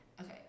Okay